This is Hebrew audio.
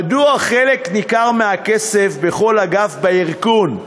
מדוע חלק ניכר מהכסף בכל אגף בארגון,